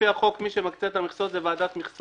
לפי החוק, מי שמקצה את המכסות זו ועדת מכסות.